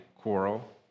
quarrel